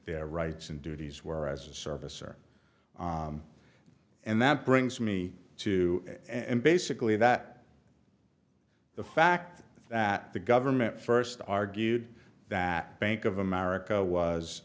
their rights and duties were as a service or and that brings me to and basically that the fact that the government first argued that bank of america was